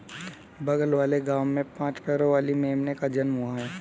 बगल वाले गांव में पांच पैरों वाली मेमने का जन्म हुआ है